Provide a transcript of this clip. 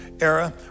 era